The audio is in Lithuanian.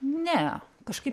ne kažkaip